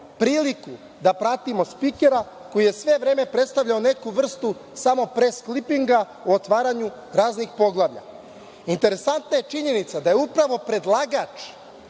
priliku da pratimo spikera koji je vreme predstavljao neku vrstu samo pres klipinga u otvaranju raznih poglavlja. Interesantna je činjenica da je upravo predlagač